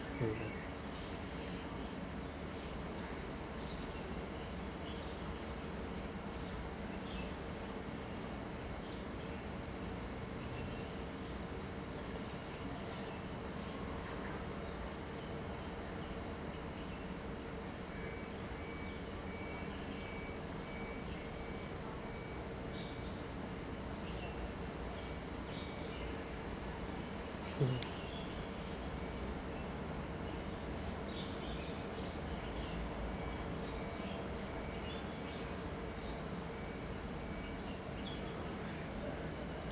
mm mm